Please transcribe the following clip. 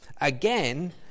Again